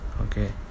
okay